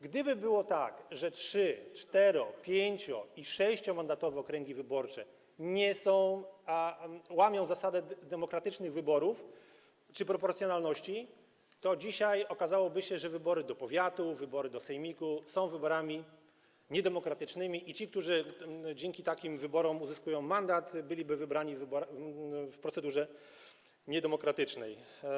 Gdyby było tak, że trzy-, cztero-, pięcio- i sześciomandatowe okręgi wyborcze łamią zasadę demokratycznych wyborów czy proporcjonalności, to dzisiaj okazałoby się, że wybory do powiatu, wybory do sejmiku są wyborami niedemokratycznymi i ci, którzy dzięki takim wyborom uzyskują mandat, byliby wybrani w procedurze niedemokratycznej.